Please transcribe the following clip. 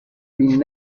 been